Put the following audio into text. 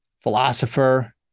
philosopher